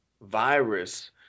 virus